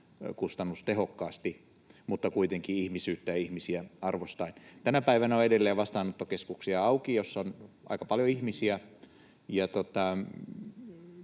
kustannustehokkaasti mutta kuitenkin ihmisyyttä ja ihmisiä arvostaen. Tänä päivänä on edelleen auki vastaanottokeskuksia, joissa on aika paljon ihmisiä,